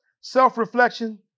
self-reflection